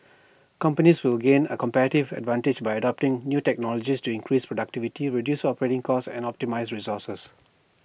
companies will gain A competitive advantage by adopting new technologies to increase productivity reduce operating costs and optimise resources